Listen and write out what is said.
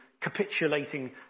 capitulating